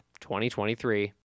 2023